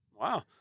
Wow